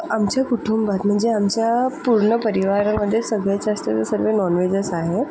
आमच्या कुटुंबात म्हणजे आमच्या पूर्ण परिवारामध्ये सगळेच जास्त तर सगळे नॉनव्हेजेस आहेत